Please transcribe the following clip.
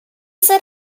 said